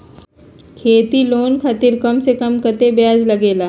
खेती लोन खातीर कम से कम कतेक ब्याज लगेला?